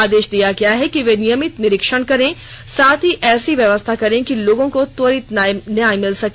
आदेश दिया गया है कि वे नियमित निरीक्षण करें साथ ही ऐसी व्यवस्था करें कि लोगों को त्वरित न्याय मिल सके